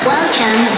Welcome